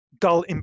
dull